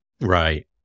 Right